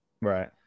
Right